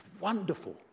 wonderful